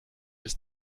ist